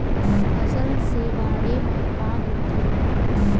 फसल से बाढ़े म का होथे?